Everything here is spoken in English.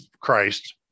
Christ